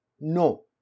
No